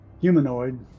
humanoid